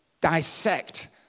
dissect